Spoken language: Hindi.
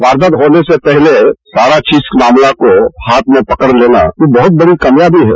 वारदात होने से पहले सारा चीज मामला को हाथ में पकड़ लेना ये बहुत बड़ी कामयाबी है